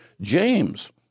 James